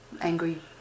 Angry